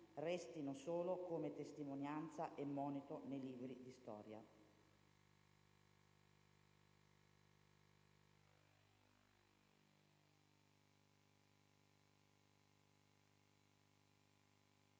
restino solo come testimonianza e monito nei libri di storia.